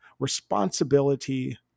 responsibility